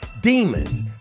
Demons